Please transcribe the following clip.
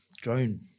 drone